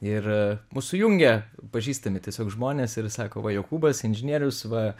ir mus sujungė pažįstami tiesiog žmonės ir sako va jokūbas inžinierius va